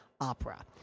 opera